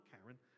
Karen